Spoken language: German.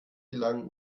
gelangen